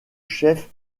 chef